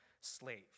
slave